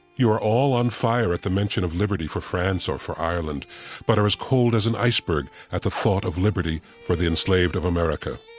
you're all on fire at the mention of liberty for france or for ireland but are as cold as an iceberg at the thought of liberty for the enslaved of america.